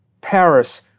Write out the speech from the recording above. Paris